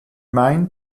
main